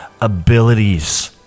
abilities